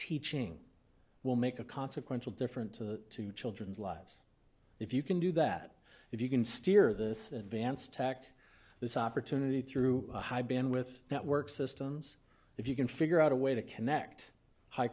teaching will make a consequential different to the children's lives if you can do that if you can steer this advanced tack this opportunity through high bandwidth network systems if you can figure out a way to connect high